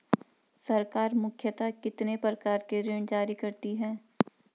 सरकार मुख्यतः कितने प्रकार के ऋण जारी करती हैं?